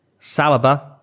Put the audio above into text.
Saliba